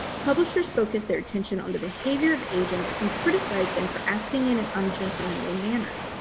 publishers focused their attention on the behavior of agents and criticized them for acting in an ungentlemanly manner.